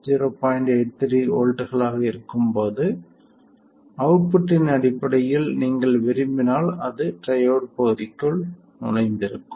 83 வோல்ட்களாக இருக்கும்போது அவுட்புட்டின் அடிப்படையில் நீங்கள் விரும்பினால் அது ட்ரையோட் பகுதிக்குள் நுழைந்திருக்கும்